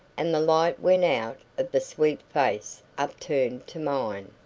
and the light went out of the sweet face upturned to mine.